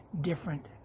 different